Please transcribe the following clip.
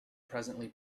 presently